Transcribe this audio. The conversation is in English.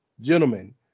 Gentlemen